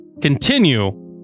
continue